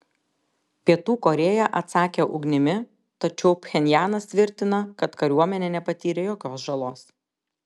pietų korėja atsakė ugnimi tačiau pchenjanas tvirtina kad kariuomenė nepatyrė jokios žalos